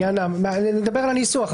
נדבר על הניסוח,